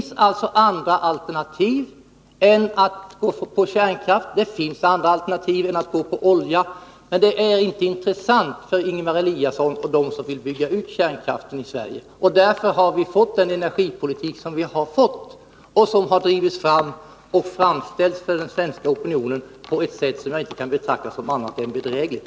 Det finns andra alternativ än kärnkraft, det finns andra alternativ än olja, men det är inte intressant för Ingemar Eliasson och de andra som vill bygga ut kärnkraften i Sverige. Därför har vi fått den energipolitik som vi har — den har drivits fram och problemen har framställts för den svenska opinionen på ett sätt som jag inte kan betrakta som annat än bedrägligt.